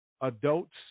Adults